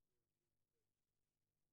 תשע"ט, והשעה